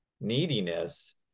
neediness